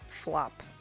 flop